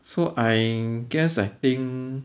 so I guess I think